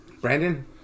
Brandon